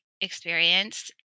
experience